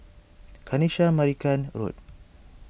Kanisha Marican Road